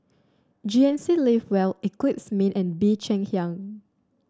G N C Live Well Eclipse Mean and Bee Cheng Hiang